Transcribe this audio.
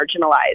marginalized